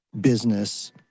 business